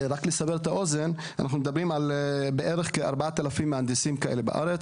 רק לסבר את האוזן: אנחנו מדברים על בערך 4000 מהנדסים כאלה בארץ